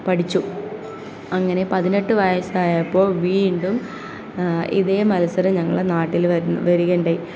പഠിച്ചു അങ്ങനെ പതിനെട്ട് വയസ്സായപ്പോൾ വീണ്ടും ഇതേ മത്സരം ഞങ്ങളെ നാട്ടിൽ വരികയുണ്ടായി